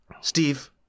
Steve